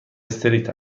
استریت